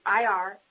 ir